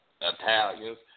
Italians